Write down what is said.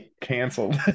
Canceled